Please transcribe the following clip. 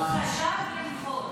הוא חשב למחות.